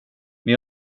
men